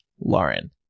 Lauren